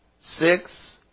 Six